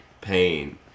pain